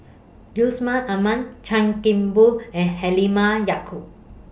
Yusman Aman Chan Kim Boon and Halimah Yacob